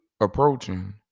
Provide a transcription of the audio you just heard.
approaching